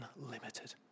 unlimited